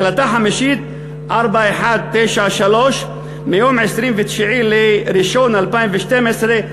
החלטה חמישית, מס' 4193, מיום 29 בינואר 2012,